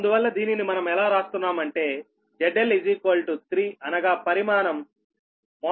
అందువల్ల దీనిని మనం ఎలా రాస్తున్నాము అంటే ZL 3 అనగా పరిమాణం Vphase2 Sload3∅